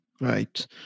Right